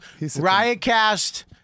Riotcast